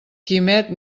quimet